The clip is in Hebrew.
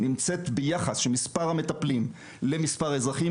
נמצאת ביחס של מספר המטפלים למספר האזרחים